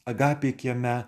agapė kieme